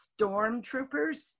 Stormtroopers